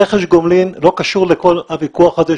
רכש הגומלין לא קשור לכל הוויכוח הזה.